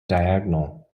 diagonal